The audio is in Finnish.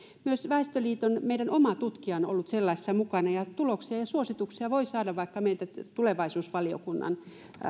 myös meidän oma väestöliiton tutkija on on ollut sellaisessa mukana ja tuloksia ja suosituksia voi saada vaikka meiltä tulevaisuusvaliokunnan